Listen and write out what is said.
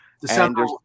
December